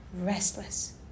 Restless